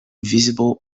visible